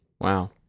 Wow